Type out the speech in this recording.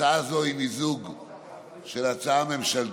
את זה צריך להאיץ, צריך לראות מה עושים, צריך